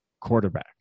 quarterback